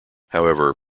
however